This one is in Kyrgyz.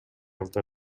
үчүн